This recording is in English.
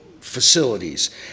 facilities